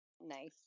Nice